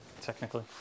technically